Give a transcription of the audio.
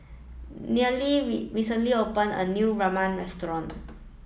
Neely recently opened a new Ramen restaurant